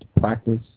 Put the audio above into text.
Practice